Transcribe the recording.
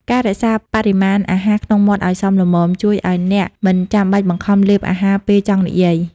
ការរក្សាបរិមាណអាហារក្នុងមាត់ឱ្យសមល្មម ជួយឱ្យអ្នកមិនចាំបាច់បង្ខំលេបអាហារពេលចង់និយាយ។